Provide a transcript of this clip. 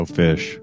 fish